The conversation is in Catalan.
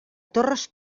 torres